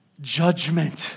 judgment